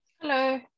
hello